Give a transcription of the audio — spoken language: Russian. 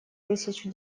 тысячу